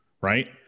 right